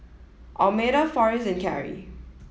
Almeda Farris and Karrie